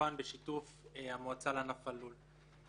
כמובן בשיתוף המועצה לענף הלול.